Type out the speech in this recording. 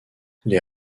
les